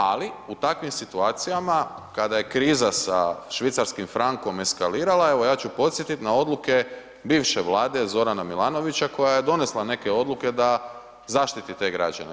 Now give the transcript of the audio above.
Ali u takvim situacijama, kada je kriza sa švicarskim fankom eskalirala, evo ja ću podsjetiti na odluke bivše vlade Zorana Milanovića, koja je donesla neke odluke da zaštiti te građane.